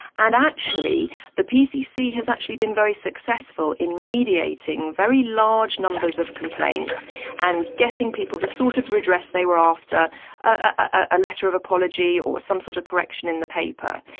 and actually the pcc has actually been very successful in mediating very large numbers of complaints and getting people the sort of redress they were after a letter of apology, or some sort of correction in the paper.